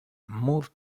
moved